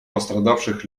пострадавших